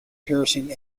piercing